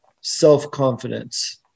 self-confidence